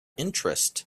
interest